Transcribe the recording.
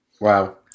Wow